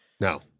No